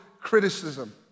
criticism